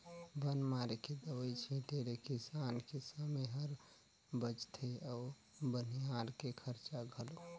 बन मारे के दवई छीटें ले किसान के समे हर बचथे अउ बनिहार के खरचा घलो